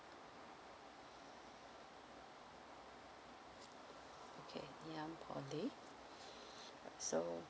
okay ngee an poly so